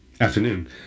Afternoon